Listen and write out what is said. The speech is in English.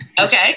Okay